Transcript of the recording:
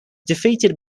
defeated